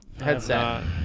headset